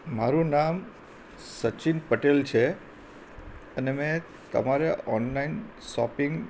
મારું નામ સચિન પટેલ છે અને મેં તમારે ઓનલાઇન શોપિંગ